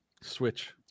Switch